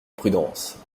prudence